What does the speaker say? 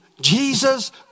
Jesus